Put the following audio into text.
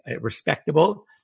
respectable